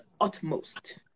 utmost